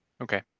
Okay